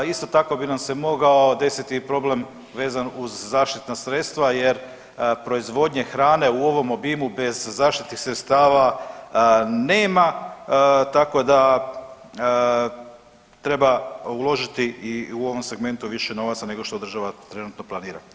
Isto tako bi nam se mogao desiti problem vezan uz zaštitna sredstva jer proizvodnje hrane u ovom obimu bez zaštitnih sredstava nema, tako da treba uložiti i u ovom segmentu više novaca nego što država trenutno planira.